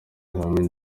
hamwe